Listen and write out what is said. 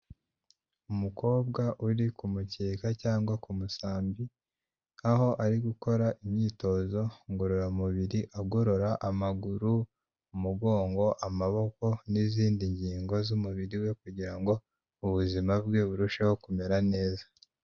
Umukobwa uri ku mukeka cyangwa ku musambi, aho ari gukora imyitozo ngororamubiri agorora amaguru, umugongo, amaboko n'izindi ngingo z'umubiri we, kugira ngo ubuzima bwe burusheho kumera neza.